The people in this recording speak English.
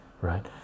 right